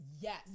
yes